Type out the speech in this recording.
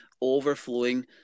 overflowing